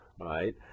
right